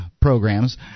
programs